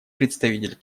представитель